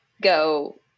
go